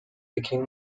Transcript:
became